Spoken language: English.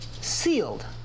sealed